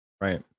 right